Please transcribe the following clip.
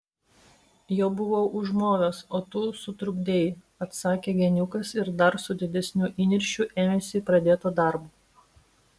jau buvau užmovęs o tu sutrukdei atsakė geniukas ir dar su didesniu įniršiu ėmėsi pradėto darbo